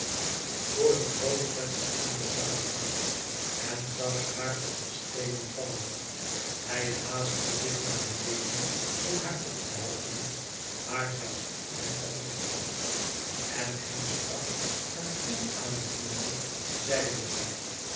voor het groote venster aan den zuidkant en zag haar op de steenen vallen hij haastte zich naar beneden om haai op te helpen maar zij stiet hem van zich af en hem strak en koel aanziende zeide zij